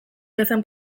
bezain